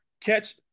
catch